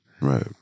right